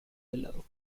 below